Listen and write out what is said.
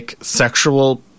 sexual